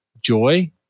joy